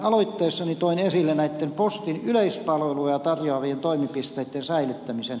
aloitteessani toin esille näitten postin yleispalveluja tarjoavien toimipisteitten säilyttämisen